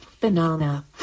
Banana